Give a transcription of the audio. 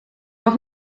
mag